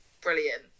Brilliant